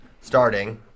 starting